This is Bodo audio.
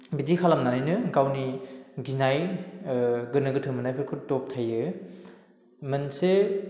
बिदि खालामनानैनो गावनि गिनाय गोनो गोथो मोननायफोरखौ दबथायो मोनसे